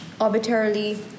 arbitrarily